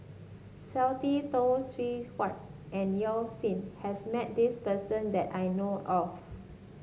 Stanley Toft Stewart and Yao Zi has met this person that I know of